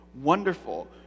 wonderful